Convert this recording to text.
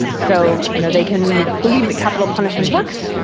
so you know they can believe that capital punishment works.